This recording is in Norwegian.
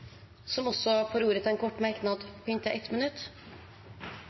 får ordet til en kort merknad, begrenset til 1 minutt.